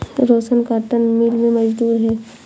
रोशन cotton mill में मजदूर है